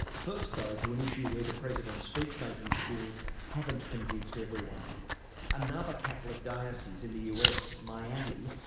first though, to an issue where the president's speech-making skills haven't convinced everyone another catholic diocese in the us, miami,